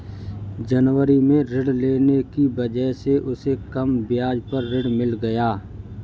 जनवरी में ऋण लेने की वजह से उसे कम ब्याज पर ऋण मिल गया